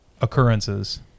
occurrences